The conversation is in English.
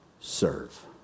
serve